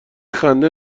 خنده